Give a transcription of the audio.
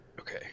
Okay